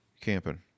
camping